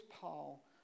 Paul